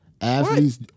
Athletes